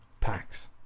packs